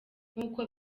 nk’uko